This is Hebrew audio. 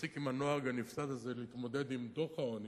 שנפסיק עם הנוהג הנפסד הזה, להתמודד עם דוח העוני.